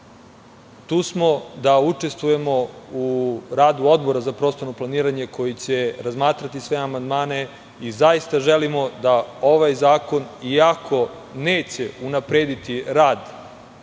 smo da učestvujemo u radu Odbora za prostorno planiranje, koji će razmatrati sve amandmane i zaista želimo da ovaj zakon, iako neće unaprediti rad